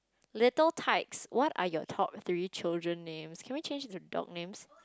little tykes what are your top three children names can we change it to dog names